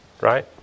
right